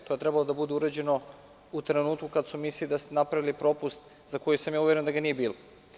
To bi trebalo da bude urađeno u trenutku kad su mislili da ste napravili propust za koji sam uveren da ga nije bilo.